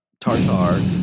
tartar